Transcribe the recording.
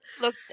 Look